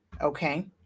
Okay